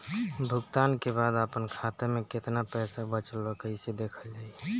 भुगतान के बाद आपन खाता में केतना पैसा बचल ब कइसे देखल जाइ?